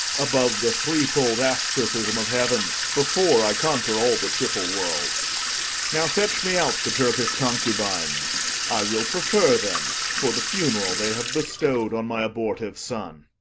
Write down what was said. above the threefold astracism of heaven, before i conquer all the triple world now fetch me out the turkish concubines i will prefer them for the funeral they have bestow'd on my abortive son.